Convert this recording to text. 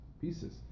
pieces